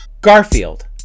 Garfield